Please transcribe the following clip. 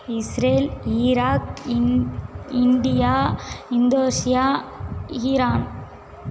Israel Iraq இந் India Indonesia Iran